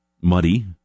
muddy